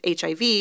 HIV